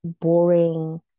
boring